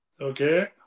Okay